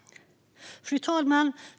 Fru talman!